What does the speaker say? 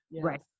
right